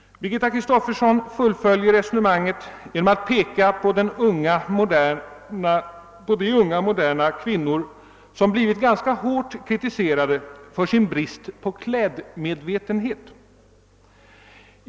Birgitta Kristoffersson fullföljer resonemanget genom att peka på de unga och moderna kvinnor, som blivit ganska hårt kritiserade för sin brist på klädmedvetenhet.